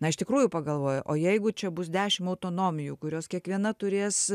na iš tikrųjų pagalvoju o jeigu čia bus dešim autonomijų kurios kiekviena turės